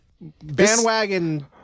Bandwagon